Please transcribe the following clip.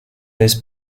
his